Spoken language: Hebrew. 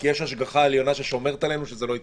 כי יש השגחה עליונה ששומרת עלינו שזה לא יתפרץ.